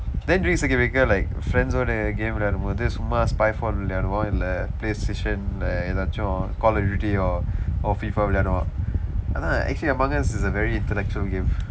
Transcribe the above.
then during circuit breaker like friends-ooda game விளையாடும் போது சும்மா:vilayaadum poothu summaa spyfall விளையாடுவோம் இல்ல:vilayaaduvoom illa playstation இல்ல ஏதாவது:illa eethaavathu call of duty or or fifa விளையாடுவோம் அதான்:vilayaaduvoom athaan actually among us is a very intellectual give